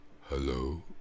Hello